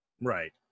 Right